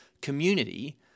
community